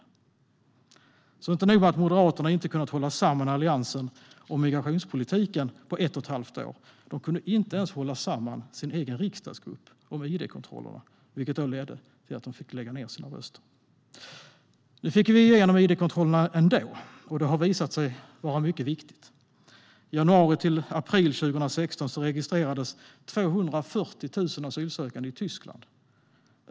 Det är alltså inte nog med att Moderaterna inte har kunnat hålla samman Alliansen eller migrationspolitiken på ett och ett halvt år. De kunde inte ens hålla samman sin egen riksdagsgrupp om id-kontrollerna, vilket ledde till att de fick lägga ned sina röster. Nu fick vi igenom id-kontrollerna ändå, och det har visat sig vara mycket viktigt. I januari till april 2016 registrerades 240 000 asylsökande i Tyskland.